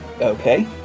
Okay